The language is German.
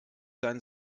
sein